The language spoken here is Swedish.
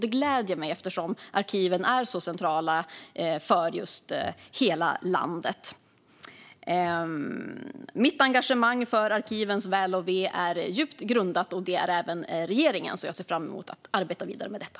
Det gläder mig, eftersom arkiven är så centrala för hela landet. Mitt och regeringens engagemang för arkivens väl och ve är djupt grundat. Jag ser fram emot att arbeta vidare med detta.